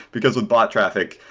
because with bot traffic,